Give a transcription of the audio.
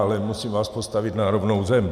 Ale musím vás postavit na rovnou zem.